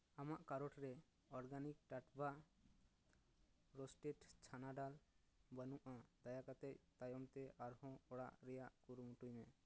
ᱟᱢᱟᱜ ᱠᱟᱨᱳᱴ ᱨᱮ ᱚᱨᱜᱟᱱᱤᱠ ᱴᱟᱴᱵᱷᱟ ᱨᱳᱥᱴᱮᱰ ᱪᱷᱟᱱᱟ ᱰᱟᱞ ᱵᱟᱹᱱᱩᱜᱼᱟ ᱫᱟᱭᱟ ᱠᱟᱛᱮᱫ ᱛᱟᱭᱚᱢ ᱟᱨᱦᱚᱸ ᱚᱲᱟᱜ ᱨᱮᱭᱟᱜ ᱠᱩᱨᱩᱢᱩᱴᱩᱭᱢᱮ